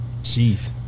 Jeez